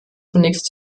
zunächst